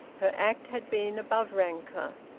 her act had been above rancour,